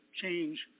change